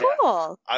cool